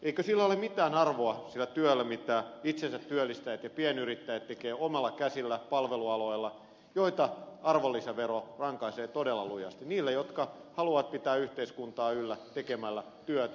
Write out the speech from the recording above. eikö sillä työllä ole mitään arvoa mitä tekevät omilla käsillään palvelualoilla itsensä työllistäjät ja pienyrittäjät joita arvonlisävero rankaisee todella lujasti heitä jotka haluavat pitää yhteiskuntaa yllä tekemällä työtä